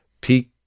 peak